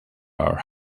our